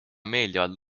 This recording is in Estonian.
meeldivad